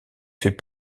fait